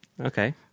Okay